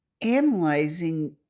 analyzing